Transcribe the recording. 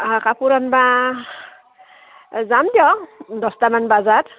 কাপোৰ আনবা যাম দিয়ক দহটামান বাজাত